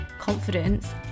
confidence